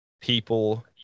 people